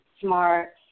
smart